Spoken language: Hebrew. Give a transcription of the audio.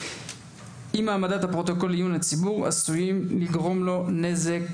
אם העמדת הפרוטוקול לעיון הציבור עשויים לגרום לו נזק,